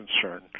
concern